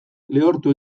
lehortu